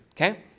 okay